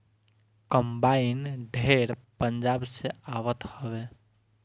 combine ढेर पंजाब से आवत हवे